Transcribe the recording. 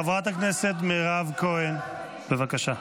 חברת הכנסת מירב כהן, בבקשה.